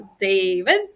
David